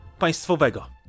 państwowego